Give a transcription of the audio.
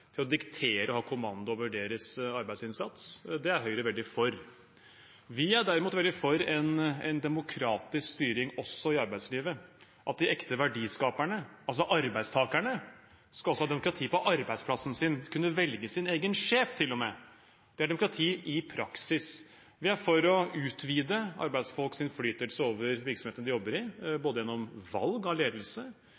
til å diktere og ha kommando over deres arbeidsinnsats. Det er Høyre veldig for. Vi er derimot veldig for en demokratisk styring også i arbeidslivet, at de ekte verdiskaperne, altså arbeidstakerne, også skal ha demokrati på arbeidsplassen sin, kunne velge sin egen sjef til og med. Det er demokrati i praksis. Vi er for å utvide arbeidsfolks innflytelse over virksomheten de jobber i,